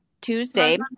Tuesday